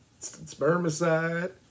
spermicide